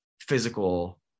physical